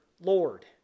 Lord